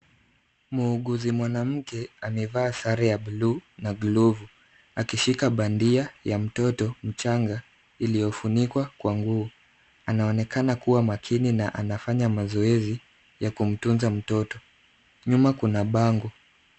Muuguzi mwanamke amevaa sare ya blue na glovu, akishika bandia ya mtoto mchanga iliyofunikwa kwa nguo. Anaonekana kuwa makini na anafanya mazoezi ya kumtunza mtoto. Nyuma kuna bango.